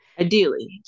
Ideally